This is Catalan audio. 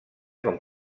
com